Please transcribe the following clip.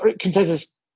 consensus